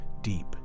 deep